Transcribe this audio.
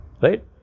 right